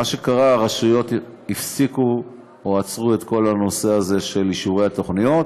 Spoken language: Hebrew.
מה שקרה זה שהרשויות הפסיקו או עצרו את כל הנושא של אישורי התוכניות,